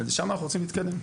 לשם אנחנו רוצים להתקדם.